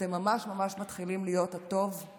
אתם ממש ממש מתחילים להיות הלא-טוב